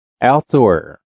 outdoor